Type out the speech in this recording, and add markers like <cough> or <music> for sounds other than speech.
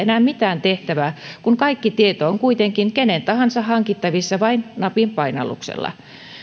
<unintelligible> enää mitään tehtävää kun kaikki tieto on kuitenkin kenen tahansa hankittavissa vain napin painalluksella